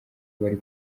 bari